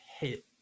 hit